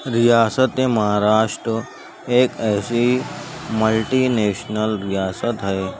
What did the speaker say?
ریاست مہاراشٹر ایک ایسی ملٹی نیشنل ریاست ہے